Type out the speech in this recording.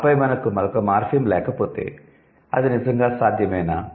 ఆపై మనకు మరొక మార్ఫిమ్ లేకపోతే అది నిజంగా సాధ్యమేనా